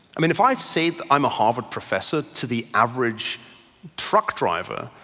i mean if i say i'm a harvard professor to the average truck driver,